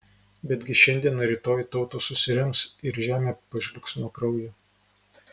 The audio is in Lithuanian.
betgi šiandien ar rytoj tautos susirems ir žemė pažliugs nuo kraujo